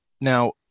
Now